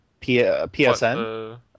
PSN